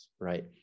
right